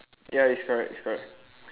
ya it's correct it's correct